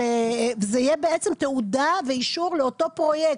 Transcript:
זה יהיה בעצם תעודה ואישור לאותו פרויקט,